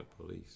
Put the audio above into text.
police